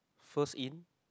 first in